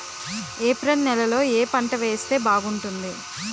April నెలలో ఏ పంట వేస్తే బాగుంటుంది?